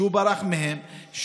שהוא ברח מהם,